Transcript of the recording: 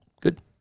Good